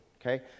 okay